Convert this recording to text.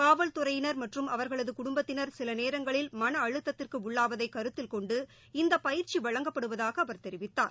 காவல்துறையினா மற்றும் அவா்களது குடும்பத்தினா் சில நேரங்களில் மன அழுத்தத்திற்கு உள்ளாவதை கருத்தில் கொண்டு இந்த பயிற்சி வழங்கப்படுவதாக அவர் தெரிவித்தார்